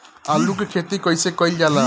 आलू की खेती कइसे कइल जाला?